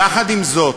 יחד עם זאת,